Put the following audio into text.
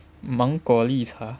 芒果绿茶